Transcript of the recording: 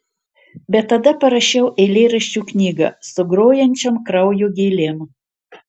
bet tada parašiau eilėraščių knygą su grojančiom kraujo gėlėm